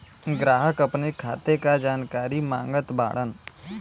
ग्राहक अपने खाते का जानकारी मागत बाणन?